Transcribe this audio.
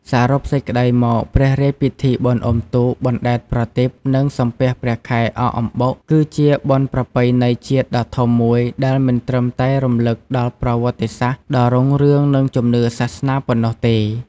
សរុបសេចក្តីមក ព្រះរាជពិធីបុណ្យអុំទូក បណ្ដែតប្រទីប និងសំពះព្រះខែ អកអំបុក គឺជាបុណ្យប្រពៃណីជាតិដ៏ធំមួយដែលមិនត្រឹមតែរំលឹកដល់ប្រវត្តិសាស្ត្រដ៏រុងរឿង និងជំនឿសាសនាប៉ុណ្ណោះទេ។